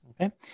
Okay